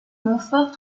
montfort